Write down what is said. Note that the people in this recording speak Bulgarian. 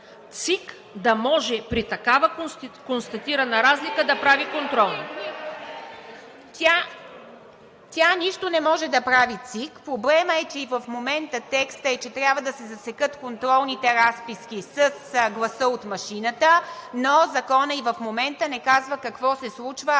ЦИК да може при такава констатирана разлика да прави контролни? ИВА МИТЕВА: Тя, ЦИК, нищо не може да прави. Проблемът е, че и в момента текстът е, че трябва да се засекат контролните разписки с гласа от машината, но законът и в момента не казва какво се случва,